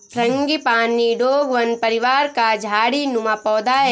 frangipani डोंगवन परिवार का झाड़ी नुमा पौधा है